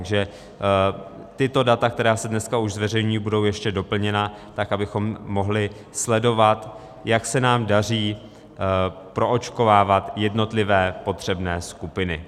Takže tato data, která se dneska už zveřejní, budou ještě doplněna tak, abychom mohli sledovat, jak se nám daří proočkovávat jednotlivé potřebné skupiny.